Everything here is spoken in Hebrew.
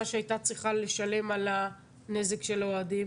שהייתה צריכה לשלם על הנזק של האוהדים?